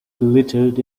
glittered